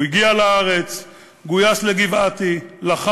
הוא הגיע לארץ, גויס לגבעתי, לחם,